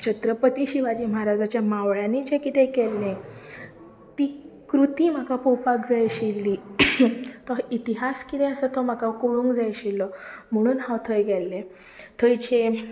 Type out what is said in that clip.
छत्रपती शिवाजी महाराजाच्या मावळ्यांनीं जें कितें केल्लें ती कृती म्हाका पोवपाक जाय आशिल्ली तो इतिहास कितें आसा तो म्हाका कळूंक जाय आशिल्लो म्हणून हांव थंय गेल्लें थंय जें